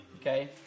okay